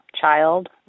child